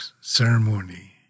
ceremony